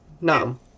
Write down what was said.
No